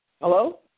hello